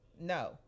no